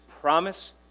promise